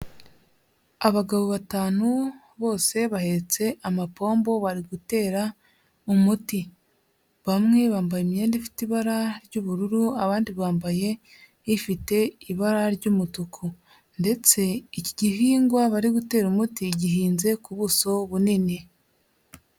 Abagabo batanu bose bahetse amapombo bari gutera umuti. Bamwe bambaye imyenda ifite ibara ry'ubururu, abandi bambaye ifite ibara ry'umutuku; ndetse iki gihingwa bari gutera umuti gihinze ku buso bunini.